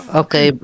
okay